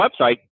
website